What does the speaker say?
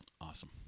Awesome